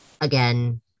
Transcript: again-